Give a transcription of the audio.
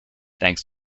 thanks